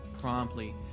promptly